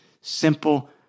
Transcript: simple